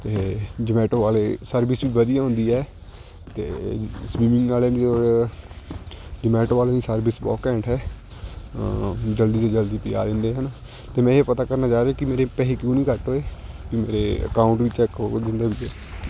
ਅਤੇ ਜੌਮੈਟੋ ਵਾਲੇ ਸਰਵਿਸ ਵੀ ਵਧੀਆ ਹੁੰਦੀ ਹੈ ਅਤੇ ਸਵੀਮਿੰਗ ਵਾਲਿਆ ਦੀ ਔਰ ਜੌਮੈਟੋ ਵਾਲਿਆਂ ਦੀ ਸਰਵਿਸ ਬਹੁਤ ਘੈਂਟ ਹੈ ਜਲਦੀ ਤੋਂ ਜਲਦੀ ਪੁੱਜਾ ਦਿੰਦੇ ਹਨ ਅਤੇ ਮੈਂ ਇਹ ਪਤਾ ਕਰਨਾ ਚਾਹ ਰਿਹਾ ਕਿ ਮੇਰੇ ਪੈਸੇ ਕਿਉਂ ਨਹੀਂ ਕੱਟ ਹੋਏ ਵੀ ਮੇਰੇ ਅਕਾਊਂਟ ਵੀ ਚੈੱਕ